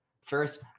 first